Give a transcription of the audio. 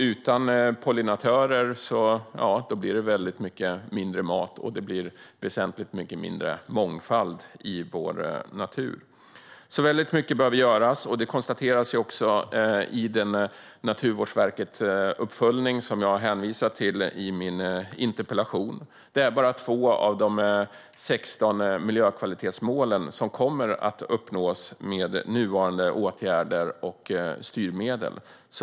Utan pollinatörer blir det väldigt mycket mindre mat och väsentligt mycket mindre mångfald i vår natur, Mycket behöver göras, vilket också konstateras i den uppföljning från Naturvårdsverket som jag hänvisar till i min interpellation. Det är bara 2 av de 16 miljökvalitetsmålen som kommer att uppnås med nuvarande åtgärder och styrmedel.